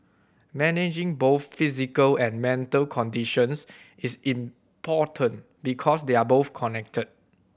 managing both physical and mental conditions is important because they are both connected